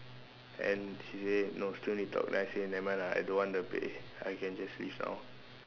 and she say no still need talk then I say nevermind lah I don't want the pay I can just leave now